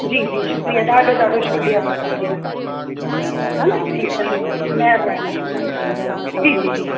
जी जी शुक्रिया ॾाढो ॾाढो शुक्रिया तव्हांजो भईया हा न ठीकु आहे महिरबानी जी जी जी